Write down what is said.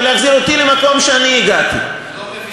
ולהחזיר אותי למקום שממנו הגעתי.